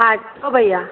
हा चओ भैया